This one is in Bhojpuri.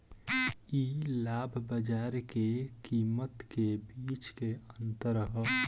इ लाभ बाजार के कीमत के बीच के अंतर ह